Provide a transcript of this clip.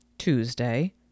Tuesday